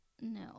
no